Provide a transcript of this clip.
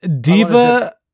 Diva